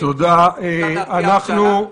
"צו האזרחות והכניסה לישראל (הוראת שעה)